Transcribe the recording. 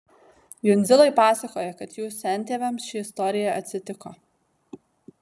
jundzilai pasakoja kad jų sentėviams ši istorija atsitiko